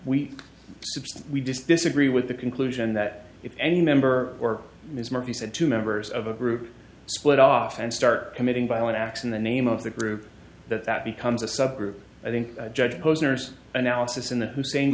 we disagree with the conclusion that if any member or ms murphy said to members of a group split off and start committing violent acts in the name of the group that that becomes a subgroup i think judge posner's analysis in the hussein